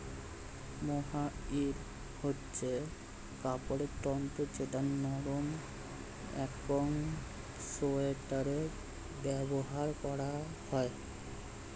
mohair হচ্ছে কাপড়ের তন্তু যেটা নরম একং সোয়াটারে ব্যবহার করা হয়